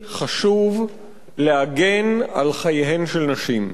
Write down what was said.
חשוב להגנה על חייהן של נשים.